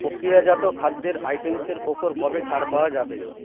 প্রক্রিয়াজাত খাদ্যের ওপর কবে ছাড় পাওয়া যাবে